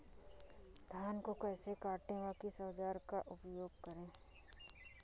धान को कैसे काटे व किस औजार का उपयोग करें?